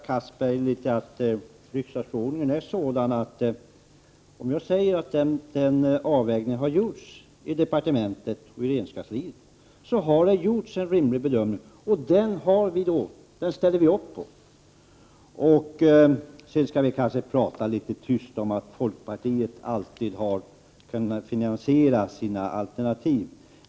Herr talman! Jag får undervisa Anders Castberger litet i riksdagsordningen. Om jag säger att avvägning har gjorts i departementet och regeringskansliet, så har det gjorts en rimlig bedömning. Den ställer vi upp på. Sedan kanske vi skall tala litet tyst om att folkpartiet alltid har kunnat finansiera sina alternativ.